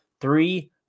three